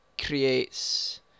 creates